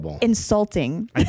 insulting